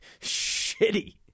shitty